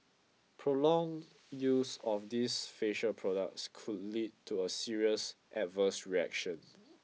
prolonged use of these facial products could lead to a serious adverse reactions